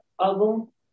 album